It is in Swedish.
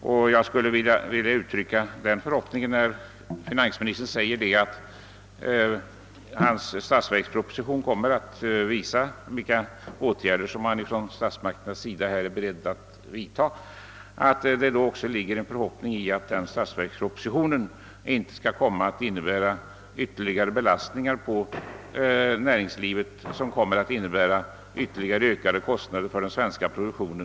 Och när finansministern säger att hans statsverksproposition kommer att visa vilka åtgärder statsmakterna är beredda att vidtaga tillåter jag mig uttala förhoppningen, att statsverkspropositionen inte skall innebära ytterligare belastningar på det svenska näringslivet, vilka skulle leda till ökade kostnader för vår produktion.